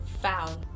found